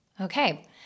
Okay